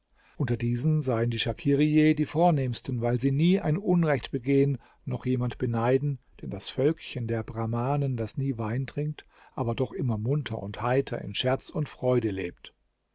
unter diesen seien die schakirijeh die vornehmsten weil sie nie ein unrecht begehen noch jemand beneiden denn das völkchen der brahmanen das nie wein trinkt aber doch immer munter und heiter in scherz und freude lebt